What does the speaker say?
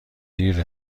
دیر